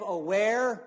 aware